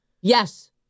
Yes